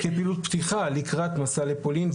כפעילות פתיחה לקראת מסע לפולין,